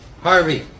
Harvey